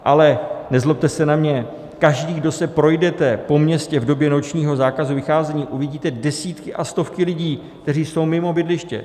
Ale nezlobte se na mě, každý, kdo se projdete po městě v době nočního zákazu vycházení, uvidíte desítky a stovky lidí, kteří jsou mimo bydliště.